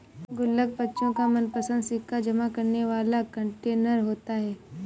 गुल्लक बच्चों का मनपंसद सिक्का जमा करने वाला कंटेनर होता है